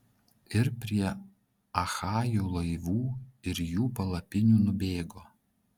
ir prie achajų laivų ir jų palapinių nubėgo